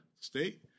state